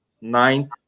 ninth